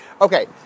Okay